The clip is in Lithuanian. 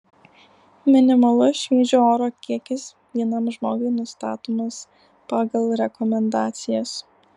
minimalus šviežio oro kiekis vienam žmogui nustatomas pagal rekomendacijas